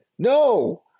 No